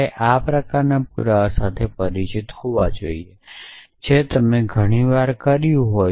તમે આ પ્રકારના પુરાવા સાથે પરિચિત હોવા જોઈએ કે જે તમે ઘણી વાર કર્યું છે